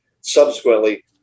Subsequently